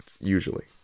usually